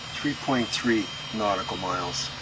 three point three nautical miles.